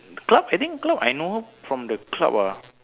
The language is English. club I think club I know her from the club ah